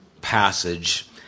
passage